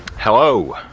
hello.